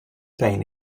pain